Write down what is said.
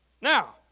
Now